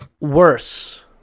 worse